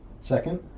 second